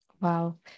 Wow